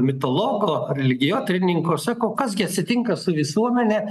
mitologo religijotyrininko sako kas gi atsitinka su visuomene